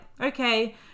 okay